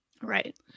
Right